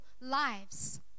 lives